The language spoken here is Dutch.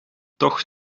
toch